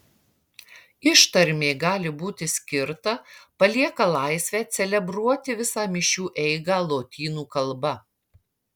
ištarmė gali būti skirta palieka laisvę celebruoti visą mišių eigą lotynų kalba